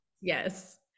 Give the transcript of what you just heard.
Yes